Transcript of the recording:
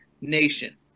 nation